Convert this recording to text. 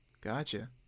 Gotcha